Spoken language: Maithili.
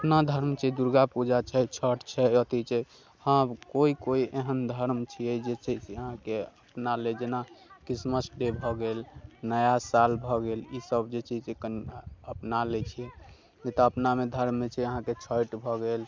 अपना धर्म छै दुर्गा पूजा छै छठि छै अथि छै हँ केओ केओ एहन धर्म छियै जे छै कि अहाँकेँ नौलेज नहि क्रिसमसपे भऽ गेल नया साल भऽ गेल ई सभ जे छै कनि अहाँकेँ अपना लै छियै नहि तऽ अपनामे धर्ममे छै अहाँकेँ छठि भऽ गेल